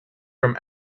from